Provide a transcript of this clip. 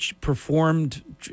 performed